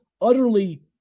utterly